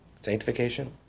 Sanctification